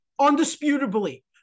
Undisputably